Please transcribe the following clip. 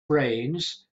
brains